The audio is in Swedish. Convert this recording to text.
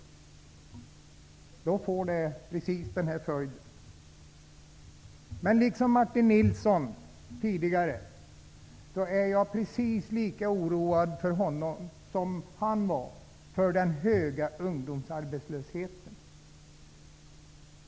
Följden blir deltidsarbetslöshet. Liksom Martin Nilsson är jag oroad för den höga ungdomsarbetslösheten.